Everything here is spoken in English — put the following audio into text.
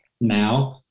now